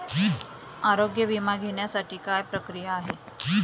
आरोग्य विमा घेण्यासाठी काय प्रक्रिया आहे?